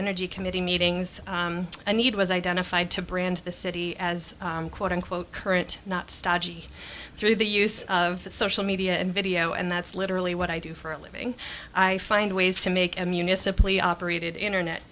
energy committee meetings a need was identified to brand the city as quote unquote current not staci through the use of social media and video and that's literally what i do for a living i find ways to make a municipally operated internet